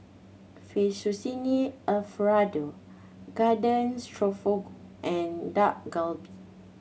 Fettuccine Alfredo Garden and Dak Galbi